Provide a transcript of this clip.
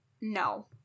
no